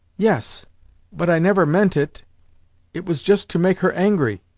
yes but i never meant it it was just to make her angry